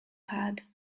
had